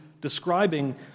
describing